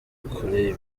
kuri